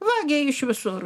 vagia iš visur